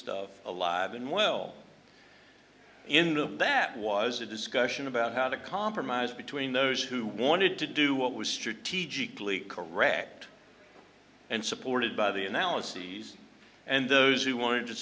stuff alive and well in the that was a discussion about how to compromise between those who wanted to do what was strategically correct and supported by the analyses and those who wanted to